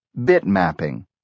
bitmapping